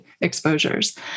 exposures